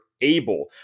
able